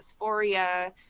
dysphoria